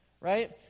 right